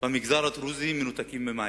במגזר הדרוזי מנותקים ממים.